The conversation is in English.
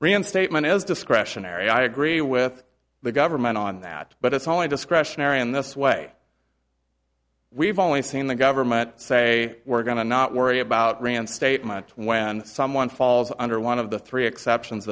reinstatement is discretionary i agree with the government on that but it's only discretionary in this way we've only seen the government say we're going to not worry about reinstatement when someone falls under one of the three exceptions